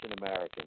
American